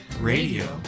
Radio